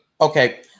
Okay